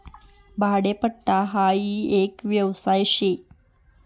भाडेपट्टा हाई एक व्यवस्था शे